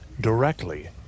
directly